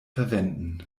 verwenden